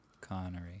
Connery